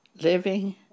living